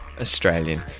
Australian